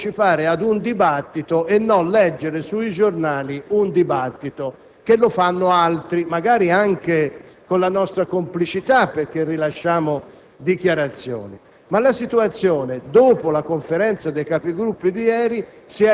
e non noi parlamentari. Io gradirei partecipare ad un dibattito e non leggere sui giornali un dibattito fatto da altri, magari anche con la nostra complicità, perché rilasciamo dichiarazioni.